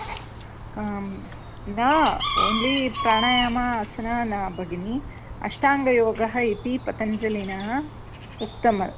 न ओन्ली प्राणायाम आसन न भगिनि अष्टाङ्गयोगः इति पतञ्जलिना उक्तं